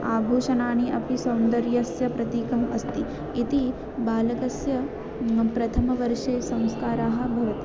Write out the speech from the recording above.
आभूषणानि अपि सौन्दर्यस्य प्रतिकम् अस्ति इति बालकस्य प्रथमवर्षे संस्काराः भवन्ति